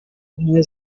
ubumwe